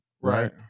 right